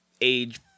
age